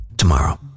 tomorrow